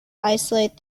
isolate